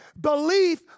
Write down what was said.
Belief